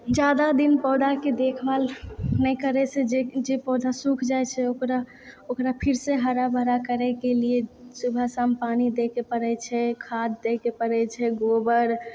जादा दिन पौधाके देखभाल नहि करै से जे पौधा सूख जाय छै ओकरा ओकरा फिरसे हराभरा करैके लिए सुबह शाम पानी दै के पड़ै छै खाद्य दै के पड़ै छै गोबर